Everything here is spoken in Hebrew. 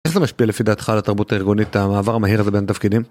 לאלאלאלאאלאלאאלל